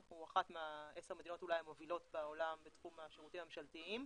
אנחנו אחת מעשר המדינות אולי המובילות בעולם בתחום השירותים הממשלתיים.